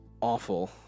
awful